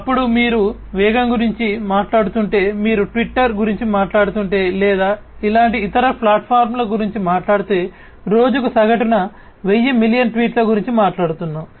అప్పుడు మీరు వేగం గురించి మాట్లాడుతుంటే మీరు ట్విట్టర్ గురించి మాట్లాడుతుంటే లేదా ఇలాంటి ఇతర ప్లాట్ఫారమ్ల గురించి మాట్లాడితే రోజుకు సగటున 100 మిలియన్ల ట్వీట్ల గురించి మాట్లాడుతున్నాము